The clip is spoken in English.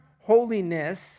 holiness